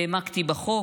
העמקתי בחוק,